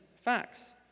facts